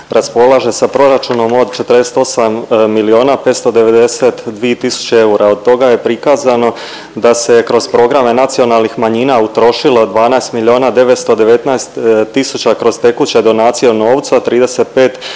sa proračunom od 48 milijuna 592 tisuće eura, od toga je prikazano da se kroz programe nacionalnih manjina utrošilo 12 milijuna 919 tisuća kroz tekuće donacije novca, 35 milijuna